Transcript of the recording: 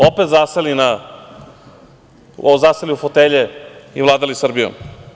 Opet bi zaseli u fotelje i vladali Srbijom.